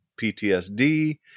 ptsd